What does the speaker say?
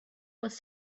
was